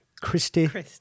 Christy